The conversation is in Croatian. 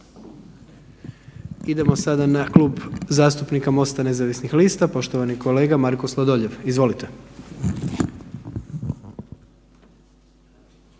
Idemo sada na KlubP zastupnika Mosta nezavisnih lista poštovani kolega Marko Sladoljev, izvolite.